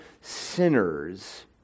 sinners